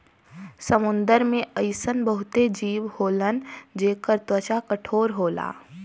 समुंदर में अइसन बहुते जीव होलन जेकर त्वचा कठोर होला